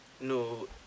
No